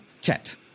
chat